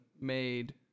made